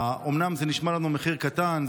אומנם זה נשמע לנו מחיר קטן,